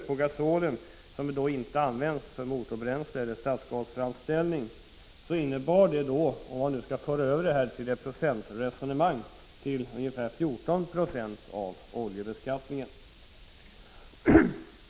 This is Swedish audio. på gasol, som inte används till motorbränsle eller stadsgasframställning, innebar detta, om man skall föra över det till ett procentresonemang, ungefär 14 Jo av oljebeskattningen.